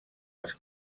els